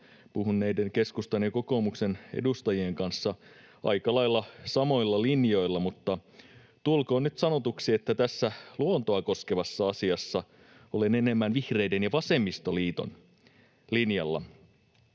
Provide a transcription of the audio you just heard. puhuneiden keskustan ja kokoomuksen edustajien kanssa aika lailla samoilla linjoilla, mutta tulkoon nyt sanotuksi, että tässä luontoa koskevassa asiassa olen enemmän vihreiden ja vasemmistoliiton linjalla.